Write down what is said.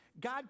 God